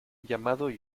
llamado